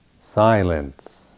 silence